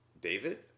David